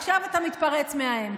עכשיו אתה מתפרץ מהאמצע.